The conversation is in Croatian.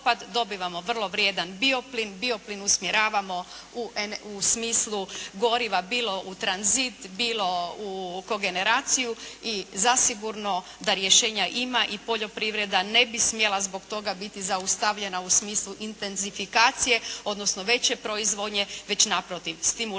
dobivamo vrlo vrijedan bio plin, bio plin usmjeravamo u smislu goriva bilo u tranzit, bilo u kogeneraciju i zasigurno da rješenja ima i poljoprivreda ne bi smjela biti zbog toga zaustavljena u smislu intezifikacije, odnosno veće proizvodnje već naprotiv stimulirati